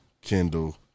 Kendall